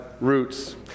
roots